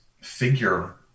figure